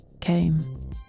came